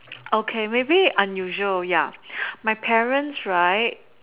okay maybe unusual ya my parents right